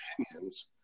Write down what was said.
opinions